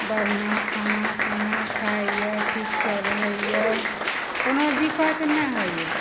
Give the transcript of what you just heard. बढ़िआँ खाना पीना खाइए ठीकसँ रहैए कोनो दिक्कत नहि होइए